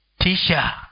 Tisha